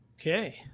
Okay